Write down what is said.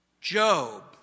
Job